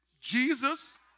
Jesus